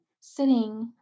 sitting